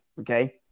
okay